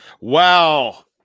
Wow